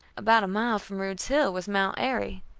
about a mile from rude's hill was mount airy,